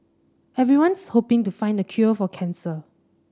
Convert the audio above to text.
everyone's hoping to find the cure for cancer